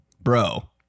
Bro